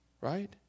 right